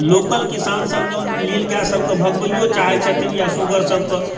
local किसान सब जहन नीलगाय सबके भगबैयो चाहै छथिन या सुगर सबके